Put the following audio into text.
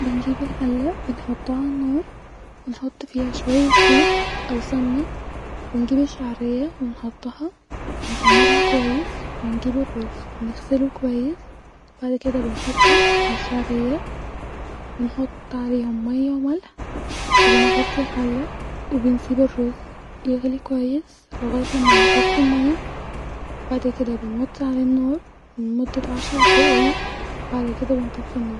بنجيب الحله ونحطها علي النار-وحط فيها شويه زيت او سمنه-ونجيب الشعريه ونحمرها كويس-ونجيب الرز ونغسلو كويس-وبعد كده بنحطو علي الشعريه-ونحط عليهم ميه بملح-ونغطي الحله-وبنسيب الرز يغلي كويس-لغايه ما يمتص الميه-بعد كده بنوطي عليه النار-لمده عشر دقايق -وبعد كده بنطفي النار